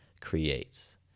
creates